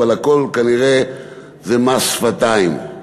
אבל כנראה הכול זה מס שפתיים.